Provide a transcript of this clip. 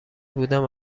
بودم